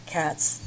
cats